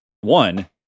one